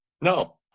No